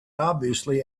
obviously